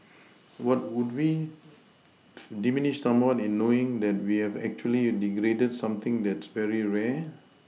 what would we diminished somewhat in knowing that we've actually degraded something that's very rare